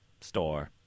store